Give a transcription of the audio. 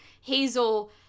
Hazel